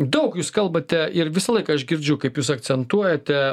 daug jūs kalbate ir visą laiką aš girdžiu kaip jūs akcentuojate